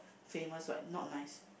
famous what not nice